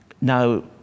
Now